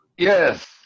Yes